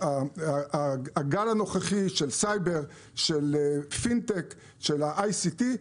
הגל הנוכחי של סייבר, של פינטק, של ה-ICT,